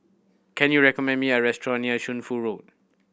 can you recommend me a restaurant near Shunfu Road